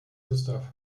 gustav